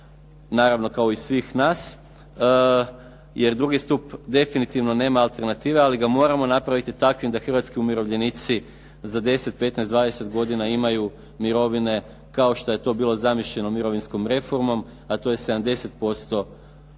naravno kao i svih nas. Jer drugi stup definitivno nema alternative, ali ga moramo napraviti takvim da hrvatski umirovljenici za 10, 15, 20 godina imaju mirovine kao što je to bilo zamišljeno mirovinskom reformom, a to je 70% prosječne